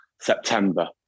September